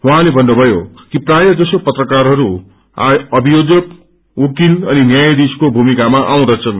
उहाँले धन्नुभयो कि प्रायः जसो पत्रकारहरू अभियोजक उकील अनि न्यायायीशको धूमिकामा आउँदछन्